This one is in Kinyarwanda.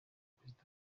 perezida